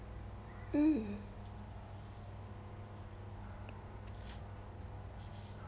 mm